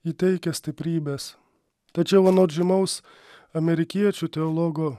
ji teikia stiprybės tačiau anot žymaus amerikiečių teologo